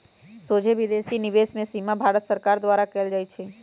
सोझे विदेशी निवेश के सीमा भारत सरकार द्वारा कएल जाइ छइ